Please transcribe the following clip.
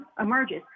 emerges